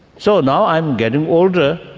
so now i'm getting older,